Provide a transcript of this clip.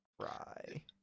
cry